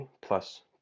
plus